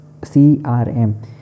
CRM